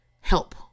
help